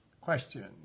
question